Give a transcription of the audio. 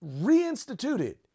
reinstituted